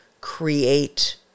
create